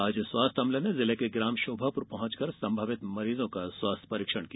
आज स्वास्थ्य अमला ने ग्राम शोभापुर पहुंच कर संभावित मरीजों का स्वास्थ्य परीक्षण किया